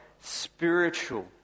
spiritual